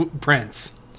prince